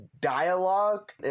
dialogue